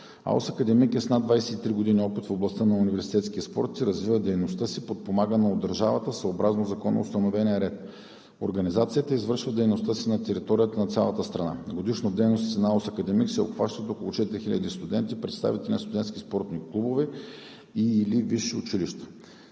АУС „Академик“ е с над 23 години опит в областта на университетския спорт и развива дейността си, подпомагана от държавата, съобразно законоустановения ред. Организацията извършва дейността си на територията на цялата страна. Годишно в дейностите на АУС „Академик“ се обхващат около 4000 студенти, представители на студентски спортни клубове и висши училища.